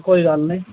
कोई गल्ल निं